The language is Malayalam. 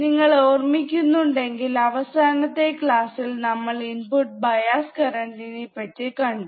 നിങ്ങൾ ഓർമ്മിക്കുന്നു ഉണ്ടെങ്കിൽ അവസാനത്തെ ക്ലാസ്സിൽ നമ്മൾ ഇൻപുട്ട് ബയസ് കരണ്ട് നെപ്പറ്റി കണ്ടു